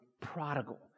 prodigal